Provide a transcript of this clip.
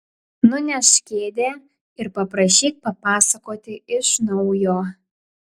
nunešk kėdę ir paprašyk papasakoti iš naujo